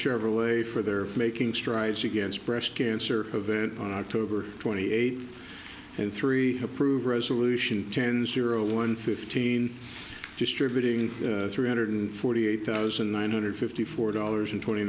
chevrolet for their making strides against breast cancer event on october twenty eighth and three approved resolution ten zero one fifteen distributing three hundred forty eight thousand nine hundred fifty four dollars and twenty